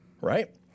right